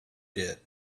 did